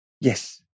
yes